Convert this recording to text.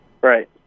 Right